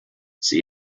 sie